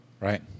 Right